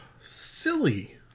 silly